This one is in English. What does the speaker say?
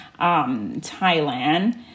Thailand